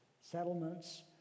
settlements